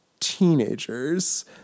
teenagers